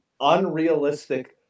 unrealistic